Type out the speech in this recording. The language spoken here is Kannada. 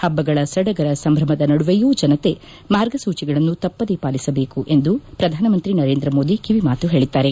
ಹಬ್ಬಗಳ ಸಂಭ್ರಮದ ನಡುವೆಯೂ ಜನತೆ ಕೊರೋನಾ ಮಾರ್ಗಸೂಚಿಗಳನ್ನು ತಪ್ಪದೇ ಪಾಲಿಸಬೇಕು ಎಂದು ಪ್ರಧಾನಮಂತ್ರಿ ನರೇಂದ್ರ ಮೋದಿ ಕಿವಿ ಮಾತು ಹೇಳಿದ್ದಾರೆ